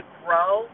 grow